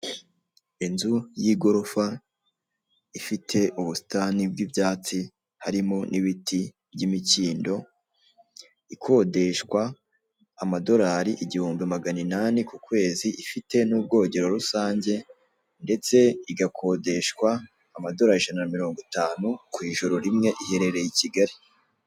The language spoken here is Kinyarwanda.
Inzu y'igorofa ifite ubusitani bw'ibyatsi harimo n'ibiti by'imikindo, ikodeshwa amadolari igihumbi magana inani ku kwezi ifite n'ubwogero rusange ndetse igakodeshwa amadolari ijana na mirongo itanu kw'ijoro rimwe iherereye i Kigali.